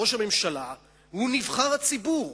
ראש הממשלה הוא נבחר הציבור.